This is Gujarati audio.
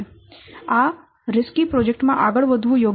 તેથી આ જોખમી પ્રોજેક્ટ માં આગળ વધવું યોગ્ય નથી